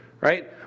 right